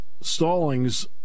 Stallings